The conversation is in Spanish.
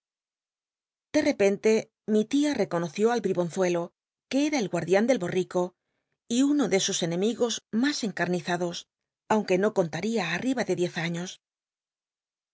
de repente mi tia reconoció el bribonzuclo que era el guatdian del borrico y uno ele sus enemigos mas cncamizados aunque no contaria aniba de diez alíos